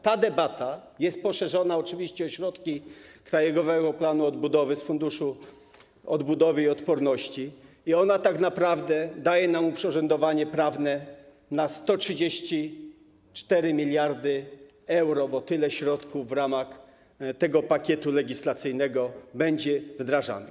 Ta debata jest poszerzona oczywiście o środki Krajowego Planu Odbudowy z funduszu odbudowy i odporności i ona tak naprawdę daje nam oprzyrządowanie prawne na 134 mld euro, bo w ramach tego pakietu legislacyjnego tyle środków będzie wdrażanych.